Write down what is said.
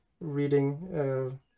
reading